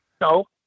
No